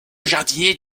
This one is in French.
jardinier